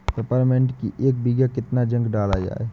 Peppermint की एक बीघा कितना जिंक डाला जाए?